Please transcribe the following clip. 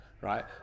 right